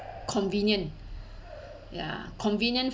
convenient ya convenient